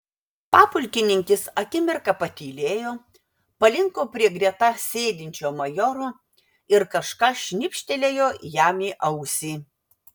papulkininkis akimirką patylėjo palinko prie greta sėdinčio majoro ir kažką šnibžtelėjo jam į ausį